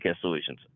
Solutions